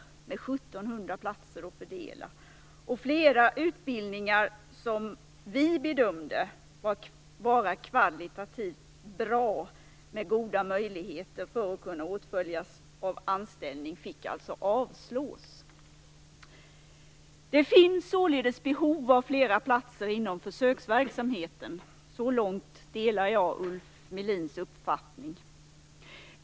1 700 platser fanns att fördela. Flera utbildningar som vi bedömde vara kvalitativt bra med goda möjligheter att åtföljas av anställning fick alltså avslås. Det finns således behov av flera platser inom försöksverksamheten. Så långt delar jag Ulf Melins uppfattning.